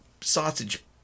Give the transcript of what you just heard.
sausage